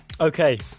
Okay